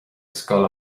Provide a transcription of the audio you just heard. scoil